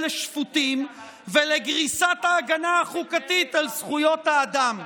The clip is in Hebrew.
לשפוטים ולגריסת ההגנה החוקתית על זכויות האדם.